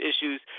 issues